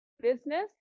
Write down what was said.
business